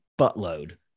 buttload